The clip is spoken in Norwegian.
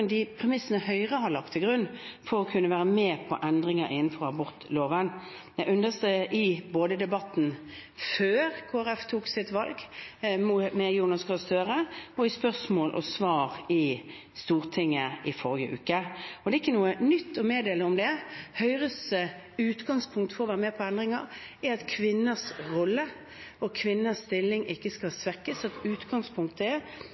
de premissene Høyre har lagt til grunn for å kunne være med på endringer innenfor abortloven. Jeg understreket det både i Debatten med Jonas Gahr Støre før Kristelig Folkeparti tok sitt valg, og i spørsmål og svar i Stortinget i forrige uke. Det er ikke noe nytt å meddele om det. Høyres utgangspunkt for å være med på endringer er at kvinners rolle og kvinners stilling ikke skal